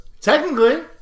Technically